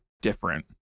different